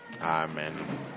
Amen